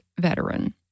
veteran